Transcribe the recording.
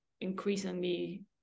increasingly